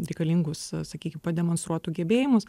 reikalingus sakykim pademonstruotų gebėjimus